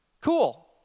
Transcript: cool